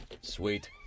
Sweet